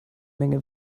menge